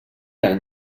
mateix